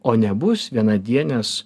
o nebus vienadienės